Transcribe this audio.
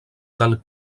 del